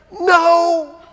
no